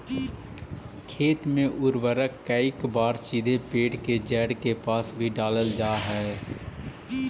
खेत में उर्वरक कईक बार सीधे पेड़ के जड़ के पास भी डालल जा हइ